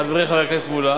חברי חבר הכנסת מולה,